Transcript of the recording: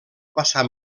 passar